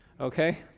Okay